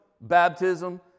Baptism